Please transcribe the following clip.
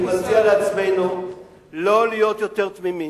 אני מציע לנו לא להיות יותר תמימים.